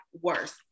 worse